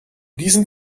diesen